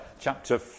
chapter